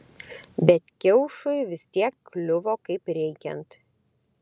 bet kiaušui vis tiek kliuvo kaip reikiant